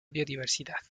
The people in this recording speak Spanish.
biodiversidad